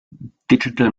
digital